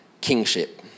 kingship